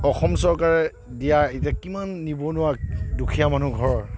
অসম চৰকাৰে দিয়া এতিয়া কিমান নিবনুৱা দুখীয়া মানুহ ঘৰ